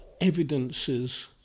evidences